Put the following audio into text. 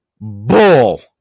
Bull